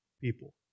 People